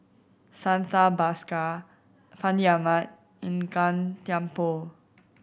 Santha Bhaskar Fandi Ahmad and Gan Thiam Poh